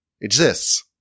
exists